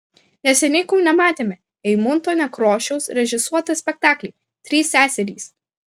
neseniai kaune matėme eimunto nekrošiaus režisuotą spektaklį trys seserys